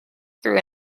through